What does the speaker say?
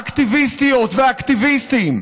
אקטיביסטיות ואקטיביסטים.